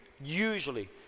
usually